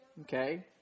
okay